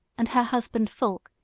and her husband fulk,